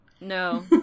No